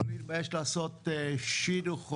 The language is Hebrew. לא מתבייש לעשות שידוך,